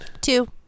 Two